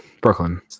Brooklyn